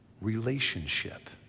relationship